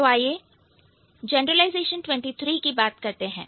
तो आइए जनरलाइजेशन 23 की बात करते हैं